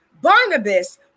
Barnabas